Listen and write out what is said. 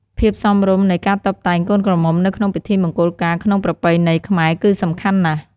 ភាពសមរម្យនៃការតុបតែងកូនក្រមុំនៅក្នុងពិធីមង្គលការក្នុងប្រពៃណីខ្មែរគឺសំខាន់ណាស់។